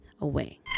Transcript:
away